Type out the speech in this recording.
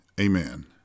amen